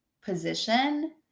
position